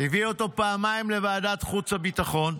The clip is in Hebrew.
הביא אותו פעמיים לוועדת החוץ והביטחון,